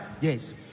yes